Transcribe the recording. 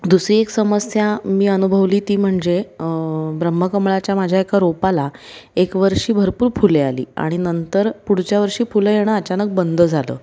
दुसरी एक समस्या मी अनुभवली ती म्हणजे ब्रह्मकमळाच्या माझ्या एका रोपाला एक वर्षी भरपूर फुले आली आणि नंतर पुढच्या वर्षी फुलं येणं अचानक बंद झालं